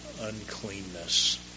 uncleanness